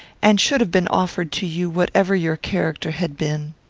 and should have been offered to you whatever your character had been.